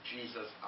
Jesus